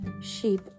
sheep